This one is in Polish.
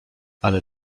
ale